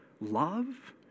love